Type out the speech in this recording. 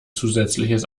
zusätzliches